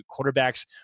quarterbacks